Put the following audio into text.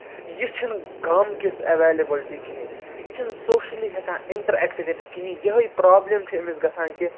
یہِ چھِنہٕ گامہٕ کِس اٮ۪وٮ۪لٮ۪بٕلٹی کِہیٖنۍ نہٕ یہِ چھُنہٕ سوشلی ہٮ۪کان اِنٹرٮ۪کٹ کٔرِتھ کِہیٖنۍ یِہٕے پرابلِم چھِ أمِس گژھان کہِ